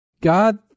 God